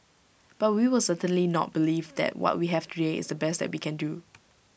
but we will certainly not believe that what we have today is the best that we can do